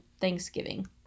Thanksgiving